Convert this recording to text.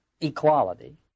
equality